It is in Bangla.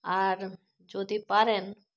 আর যদি পারেন